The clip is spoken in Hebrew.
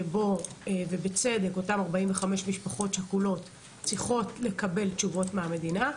שבו אותן 45 משפחות שכולות צריכות לקבל תשובות מן המדינה,